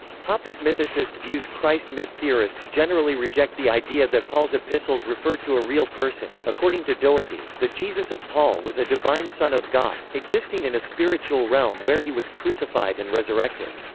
like mythicist views christ myth theorists generally reject the idea that paul's epistles refer to a real person according to doherty, the jesus of paul was a divine son of god, existing in a spiritual realm where he was crucified and resurrected.